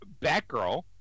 Batgirl